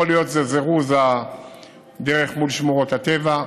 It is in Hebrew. יכול להיות שזה זירוז מול שמורות הטבע,